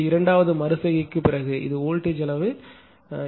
இது இரண்டாவது மறு செய்கைக்குப் பிறகு இது வோல்டேஜ் அளவு சரியானது